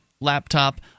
laptop